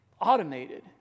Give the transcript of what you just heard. automated